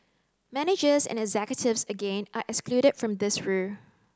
managers and executives again are excluded from this rule